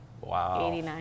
wow